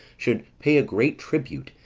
should pay a great tribute,